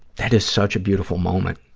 that is such a beautiful moment,